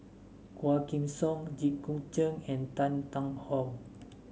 Quah Kim Song Jit Koon Ch'ng and Tan Tarn How